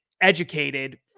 educated